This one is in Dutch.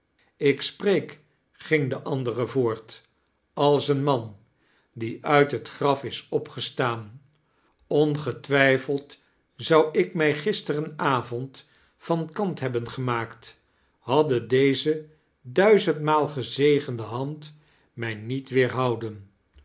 ik spreek ging de andere voort als een man die uit het graf is opgestaan ongetwrjfeld zou ik mij gisteren avond van kant hebben gemaakt hadde deze duizendmaal gezegende hand mij niet weerhouden